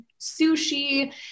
sushi